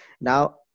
Now